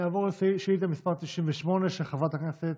נעבור לשאילתה מס' 98, של חברת הכנסת